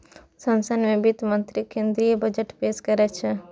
संसद मे वित्त मंत्री केंद्रीय बजट पेश करै छै